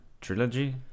trilogy